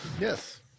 Yes